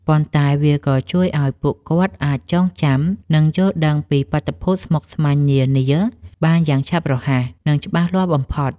ប៉ុន្តែវាក៏ជួយឱ្យពួកគាត់អាចចងចាំ និងយល់ដឹងពីបាតុភូតស្មុគស្មាញនានាបានយ៉ាងឆាប់រហ័ស និងច្បាស់លាស់បំផុត។